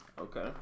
okay